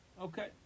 Okay